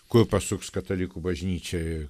kur pasuks katalikų bažnyčia